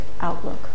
outlook